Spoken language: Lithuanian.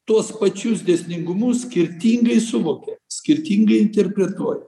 tuos pačius dėsningumus skirtingai suvokia skirtingai interpretuoja